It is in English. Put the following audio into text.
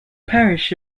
parish